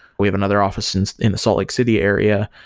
we have another office and in the salt lake city area,